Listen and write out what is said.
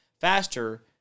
faster